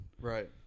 right